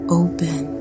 open